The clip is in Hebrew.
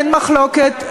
אין מחלוקת,